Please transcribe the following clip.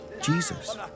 Jesus